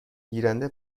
گیرنده